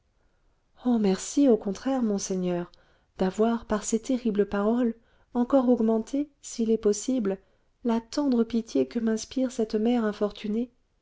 oh merci au contraire monseigneur d'avoir par ces terribles paroles encore augmenté s'il est possible la tendre pitié que m'inspire cette mère infortunée